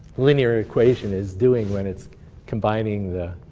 linear equation is doing when it's combining